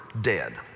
dead